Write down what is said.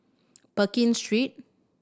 Pekin Street